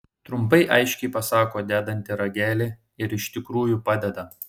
trumpai aiškiai pasako dedanti ragelį ir iš tikrųjų padeda